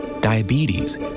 diabetes